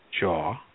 jaw